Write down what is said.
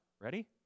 ready